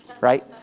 right